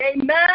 Amen